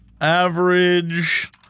average